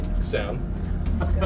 sound